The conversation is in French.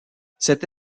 cette